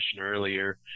earlier